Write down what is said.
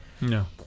no